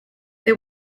they